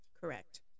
Correct